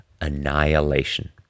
Annihilation